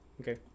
Okay